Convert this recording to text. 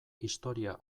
historia